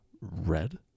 Red